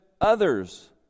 others